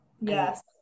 Yes